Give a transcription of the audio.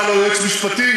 אתה לא יועץ משפטי,